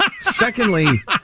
Secondly